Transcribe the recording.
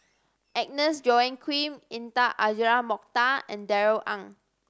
Agnes Joaquim Intan Azura Mokhtar and Darrell Ang